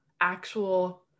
actual